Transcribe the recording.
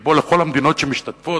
שבו לכל המדינות שמשתתפות